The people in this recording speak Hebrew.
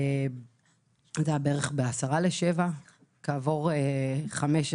כעבור חמש,